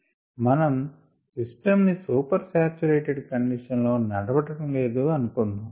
మనం సిస్టం ని super saturated condition లో నడపడం లేదు అనుకుందాము